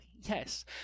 yes